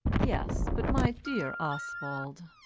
yes, but my dear oswald